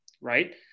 Right